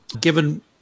given